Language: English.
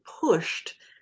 pushed